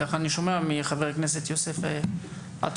כך אני שומע מחבר הכנסת יוסף עטאונה.